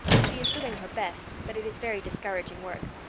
she is doing her best, but it is very discouraging work.